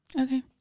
Okay